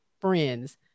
friends